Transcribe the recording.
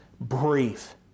brief